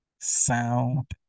sound